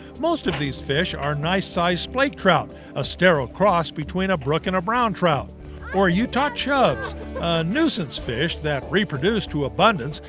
most of these fish are nice sized splake trout-a ah sterile cross between a brook and a brown trout or utah chubs, a nuisance fish that reproduce to abundance,